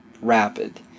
rapid